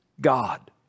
God